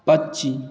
पक्षी